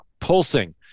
pulsing